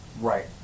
Right